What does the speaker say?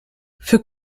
für